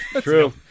True